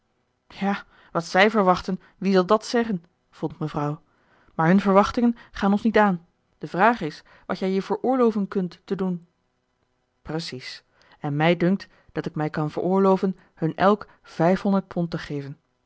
ja wat zij verwachten wie zal dàt zeggen vond mevrouw maar hun verwachtingen gaan ons niet aan de vraag is wat jij je veroorloven kunt te doen precies en mij dunkt dat ik mij kan veroorloven hun elk vijfhonderd pond te geven